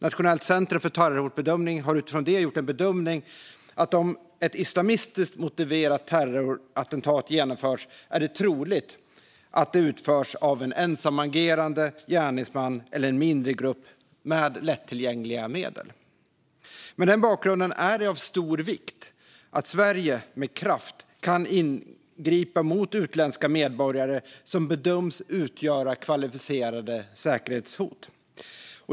Nationellt centrum för terrorhotbedömning har utifrån detta gjort bedömningen att om ett islamistiskt motiverat terrorattentat genomförs är det troligt att det utförs av en ensamagerande gärningsman eller en mindre grupp med lättillgängliga medel. Mot den bakgrunden är det av stor vikt att Sverige med kraft kan ingripa mot utländska medborgare som bedöms utgöra kvalificerade säkerhetshot.